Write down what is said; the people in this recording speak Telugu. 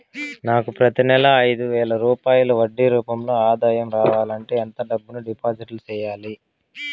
నాకు ప్రతి నెల ఐదు వేల రూపాయలు వడ్డీ రూపం లో ఆదాయం రావాలంటే ఎంత డబ్బులు డిపాజిట్లు సెయ్యాలి?